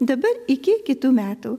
dabar iki kitų metų